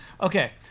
Okay